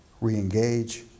re-engage